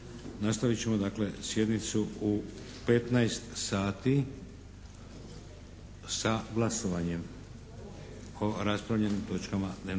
Nastavit ćemo dakle sjednicu u 15 sati sa glasovanjem o raspravljenim točkama dnevnog reda.